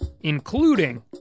including